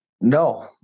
No